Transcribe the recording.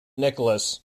nicholas